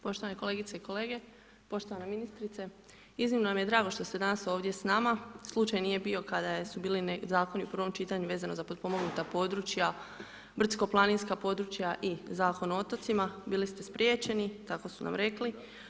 Poštovane kolegice i kolege, poštovana ministrice, iznimno nam je drago što ste danas ovdje s nama, slučaj nije bio kada su bili zakoni u prvom čitanju vezano za potpomognuta područja, brdsko-planinska područja i Zakon o otocima, bili ste spriječeni tako su nam rekli.